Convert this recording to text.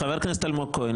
חבר הכנסת אלמוג כהן,